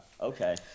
Okay